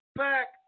back